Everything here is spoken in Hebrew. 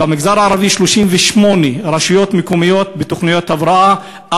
במגזר הערבי 38 רשויות מקומיות בתוכניות הבראה,